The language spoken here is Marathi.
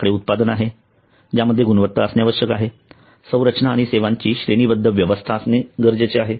आपल्याकडे उत्पादन आहे ज्यामध्ये गुणवत्ता असणे आवश्यक आहे संरचना आणि सेवांची श्रेणीबद्ध व्यवस्था असणे आवश्यक आहे